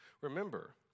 remember